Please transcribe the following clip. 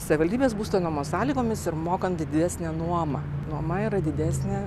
savivaldybės būsto nuomos sąlygomis ir mokant didesnę nuomą nuoma yra didesnė